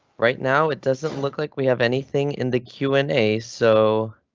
right now it doesn't look like we have anything in the q and a. so.